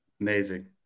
Amazing